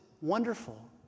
wonderful